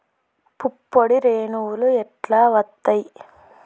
పుప్పొడి రేణువులు ఎట్లా వత్తయ్?